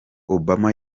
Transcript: obama